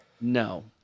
no